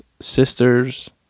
sister's